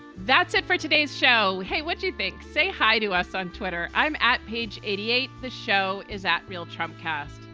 that's it for today's show. hey, what do you think? say hi to us on twitter. i'm at page eighty eight. the show is at real trump cast.